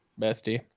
Bestie